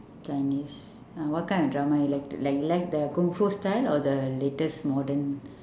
chinese ah what kind of drama you like to like you like the kungfu style or the latest modern